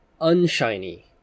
unshiny